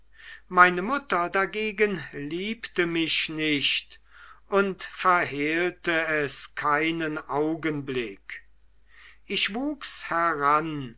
meine mutter dagegen liebte mich nicht und verhehlte es keinen augenblick ich wuchs heran